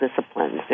disciplines